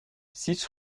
six